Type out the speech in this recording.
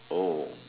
oh